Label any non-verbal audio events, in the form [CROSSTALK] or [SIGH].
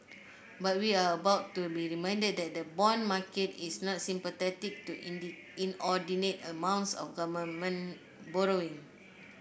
but we are about to be reminded that the bond market is not sympathetic to [UNINTELLIGIBLE] inordinate amounts of government borrowing